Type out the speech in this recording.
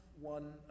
one